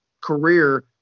career